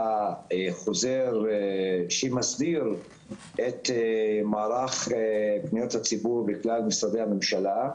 חוזר שמסדיר את מערך פניות הציבור בכלל משרדי הממשלה.